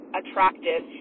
attractive